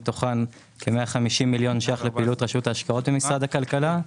מתוכן כ-150 מיליון שקלים לפעילות רשות ההשקעות במשרד הכלכלה,